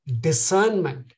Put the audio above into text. discernment